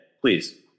Please